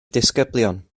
disgyblion